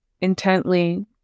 intently